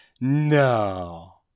no